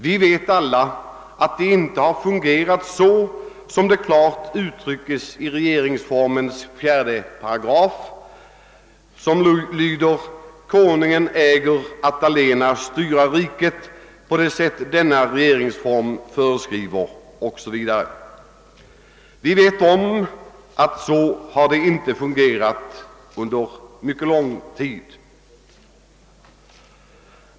Vi vet alla att det inte har varit såsom regeringsformens § 4 klart säger: »Konungen äger att allena styra riket på det sätt, denna regeringsform föreskriver;». Så har inte systemet fungerat sedan mycket lång tid tillbaka.